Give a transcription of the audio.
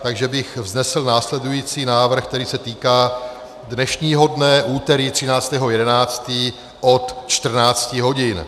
Takže bych vznesl následující návrh, který se týká dnešního dne úterý 13. 11., od 14 hodin.